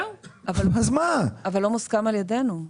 אבל לא מוסכם על ידינו.